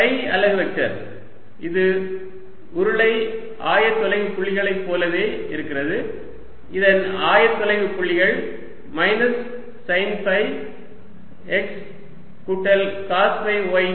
five அலகு vector இது உருளை ஆயத்தொலைவுப்புள்ளிககளைப் போலவே இருக்கிறது இதன் ஆயத்தொலைவுப்புள்ளிகள் மைனஸ் சைன் ஃபை x கூட்டல் காஸ் ஃபை y